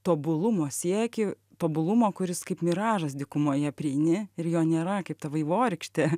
tobulumo siekį tobulumo kuris kaip miražas dykumoje prieini ir jo nėra kaip ta vaivorykštė